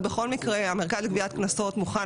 אבל בכל מקרה המרכז לגביית קנסות מוכן